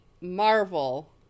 Marvel